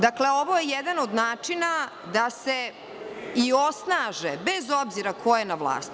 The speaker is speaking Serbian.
Dakle, ovo je jedan on načina da se i osnaže, bez obzira ko je na vlasti.